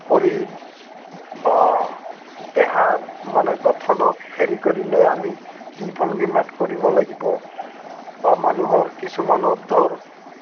ভৰিৰ বা দেহাৰ মানে গঠনক হেৰি কৰিলে আমি কি ভংগীমাত কৰিব লাগিব বা মানুহৰ কিছুমানৰ ধৰ